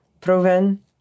proven